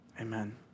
Amen